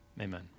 Amen